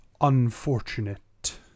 unfortunate